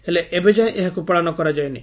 ହେଲେ ଏବେ ଯାଏ ଏହାକକୁ ପାଳନ କରାଯାଇନି